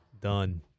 Done